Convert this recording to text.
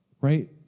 right